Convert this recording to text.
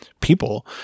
people